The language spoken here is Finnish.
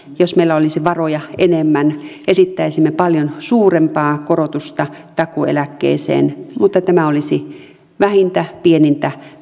jos meillä olisi varoja enemmän esittäisimme paljon suurempaa korotusta takuueläkkeeseen mutta tämä olisi vähintä pienintä